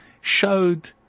showed